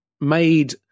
made